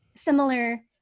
Similar